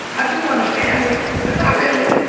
i do want a family. but not really.